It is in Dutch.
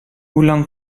lang